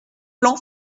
plan